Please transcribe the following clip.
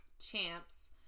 Champs